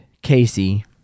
Casey